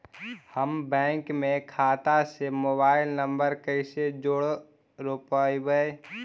हम बैंक में खाता से मोबाईल नंबर कैसे जोड़ रोपबै?